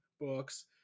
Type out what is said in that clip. books